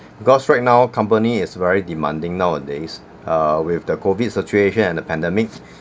because right now company is very demanding nowadays uh with the COVID situation and the pandemic